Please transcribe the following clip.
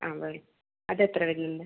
ആ ബൈ അത് എത്ര വെരുന്നുണ്ട്